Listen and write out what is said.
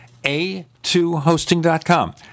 a2hosting.com